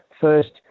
first